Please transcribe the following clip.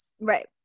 right